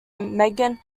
meghan